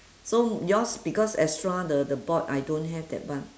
so yours because extra the the board I don't have that one